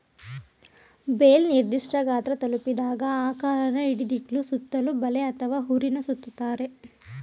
bale ನಿರ್ದಿಷ್ಠ ಗಾತ್ರ ತಲುಪಿದಾಗ ಆಕಾರನ ಹಿಡಿದಿಡ್ಲು ಸುತ್ತಲೂ ಬಲೆ ಅಥವಾ ಹುರಿನ ಸುತ್ತುತ್ತಾರೆ